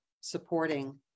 supporting